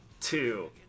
two